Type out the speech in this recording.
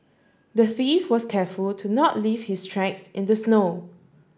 the thief was careful to not leave his tracks in the snow